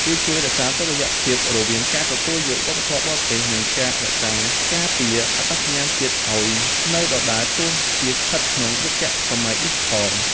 វាជួយរក្សាតុល្យភាពរវាងការទទួលយកវប្បធម៌បរទេស និងការរក្សាការពារអត្តសញ្ញាណជាតិឱ្យនៅដដែលទោះជាស្ថិតក្នុងយុគសម័យឌីជីថល។